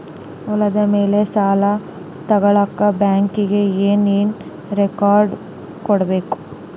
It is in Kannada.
ಹೊಲದ ಮೇಲೆ ಸಾಲ ತಗಳಕ ಬ್ಯಾಂಕಿಗೆ ಏನು ಏನು ರೆಕಾರ್ಡ್ಸ್ ಕೊಡಬೇಕು?